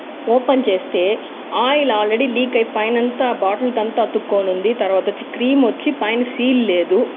open చేస్తే oil already leak అయి పైన అంతా బాటిల్ అంతా అతుకొని ఉంది తర్వాత క్రీమ్ వచ్చి పైన సీల్ లేదు